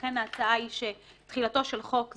לכן ההצעה היא שתחילתו של חוק זה,